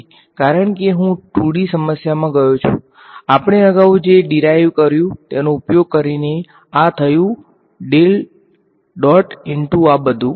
અને આ કિસ્સામાં dS છે કારણ કે હું 2D સમસ્યામાં ગયો છું આપણે અગાઉ જે ડીરાઈવ કર્યુ તેનો ઉપયોગ કરીને આ થયુ ઈંટુ આ બધુ